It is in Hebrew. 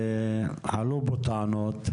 אידית, עלו פה טענות,